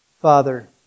Father